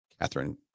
Catherine